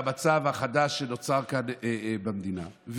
עם המצב החדש שנוצר כאן במדינה.